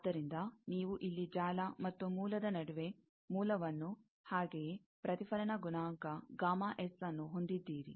ಆದ್ದರಿಂದ ನೀವು ಇಲ್ಲಿ ಜಾಲ ಮತ್ತು ಮೂಲದ ನಡುವೆ ಮೂಲವನ್ನು ಹಾಗೆಯೇ ಪ್ರತಿಫಲನ ಗುಣಾಂಕ ನ್ನು ಹೊಂದಿದ್ದೀರಿ